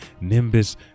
Nimbus